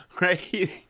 right